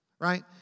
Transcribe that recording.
right